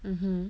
mmhmm